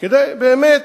ברמה